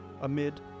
Amid